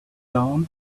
down